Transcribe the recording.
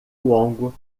longo